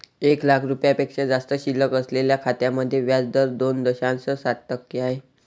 एक लाख रुपयांपेक्षा जास्त शिल्लक असलेल्या खात्यांमध्ये व्याज दर दोन दशांश सात टक्के आहे